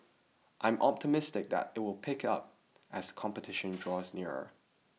I am optimistic that it will pick up as competition draws nearer